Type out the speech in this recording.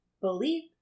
believe